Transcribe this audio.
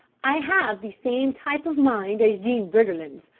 i have the same type of mind as jean briggerland's,